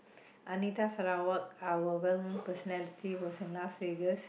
Anita Sarawak our well known personality was in Las Vegas